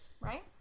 right